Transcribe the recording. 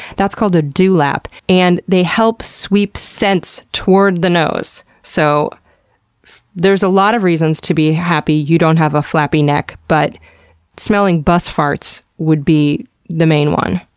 that's called a dewlap. and they help sweep scents toward the nose, so there's a lot of reasons to be happy you don't have a flappy neck, but smelling bus farts would be the main one.